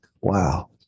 wow